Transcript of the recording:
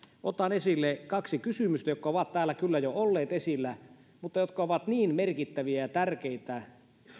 otan esille kaksi kysymystä jotka ovat täällä kyllä jo olleet esillä mutta jotka ovat niin merkittäviä ja tärkeitä